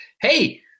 Hey